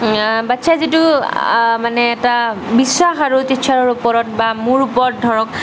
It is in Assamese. বাচ্ছাই যিটো মানে এটা বিশ্বাস আৰু টীছাৰৰ ওপৰত বা মোৰ ওপৰত ধৰক